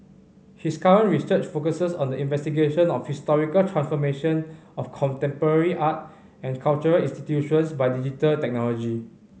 his current research focuses on the investigation of the historical transformation of contemporary art and cultural institutions by digital technology